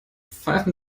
pfeifen